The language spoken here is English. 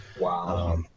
Wow